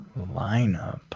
lineup